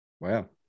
Wow